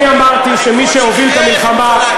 אני אמרתי שמי שהוביל את המלחמה,